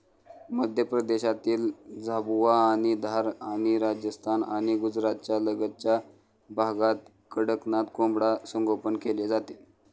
मध्य प्रदेशातील झाबुआ आणि धार आणि राजस्थान आणि गुजरातच्या लगतच्या भागात कडकनाथ कोंबडा संगोपन केले जाते